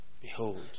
Behold